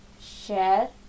share